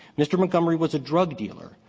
mr. montgomery was a drug dealer,